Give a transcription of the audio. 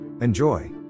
Enjoy